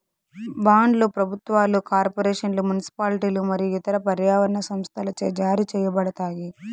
బాండ్లు ప్రభుత్వాలు, కార్పొరేషన్లు, మునిసిపాలిటీలు మరియు ఇతర పర్యావరణ సంస్థలచే జారీ చేయబడతాయి